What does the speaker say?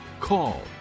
call